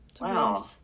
Wow